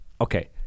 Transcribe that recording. Okay